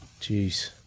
Jeez